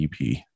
EP